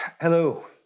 Hello